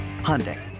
Hyundai